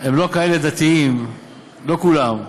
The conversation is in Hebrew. הם לא כאלה דתיים, לא כולם,